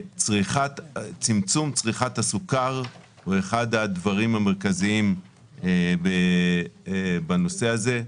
צמצום צריכת הסוכר הוא אחד הדברים המרכזיים בנושא הזה,